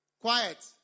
quiet